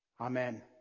Amen